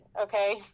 okay